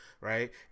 right